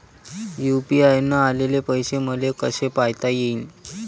UPI न आलेले पैसे मले कसे पायता येईन?